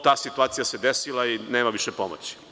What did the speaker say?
Ta situacija se desila i nema više pomoći.